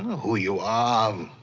who you are,